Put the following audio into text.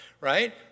right